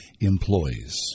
employees